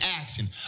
action